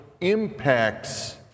impacts